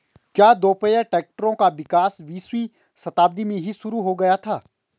क्या दोपहिया ट्रैक्टरों का विकास बीसवीं शताब्दी में ही शुरु हो गया था?